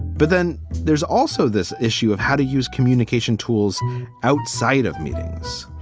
but then there's also this issue of how to use communication tools outside of meetings.